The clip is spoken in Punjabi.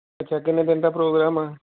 ਅੱਛਾ ਕਿੰਨੇ ਦਿਨ ਦਾ ਪ੍ਰੋਗਰਾਮ ਆ